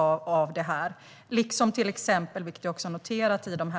Jag har även noterat under tidigare